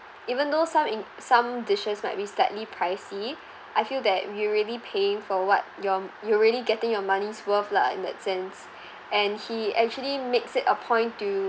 even though some in some dishes might be slightly pricey I feel that we're really paying for what your you're really getting your money's worth lah in that sense and he actually makes it a point to